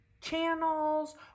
channels